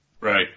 right